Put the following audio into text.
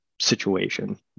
situation